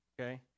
okay